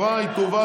והיא תועבר,